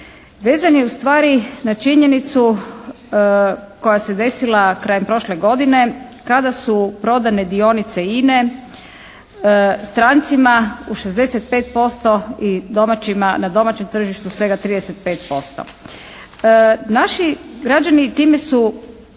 vezan je ustvari na činjenicu koja se desila krajem prošle godine kada su prodane dionice INA-e strancima u 65% i domaćima, na domaćem tržištu svega 35%. Naši građani time su